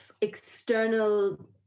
external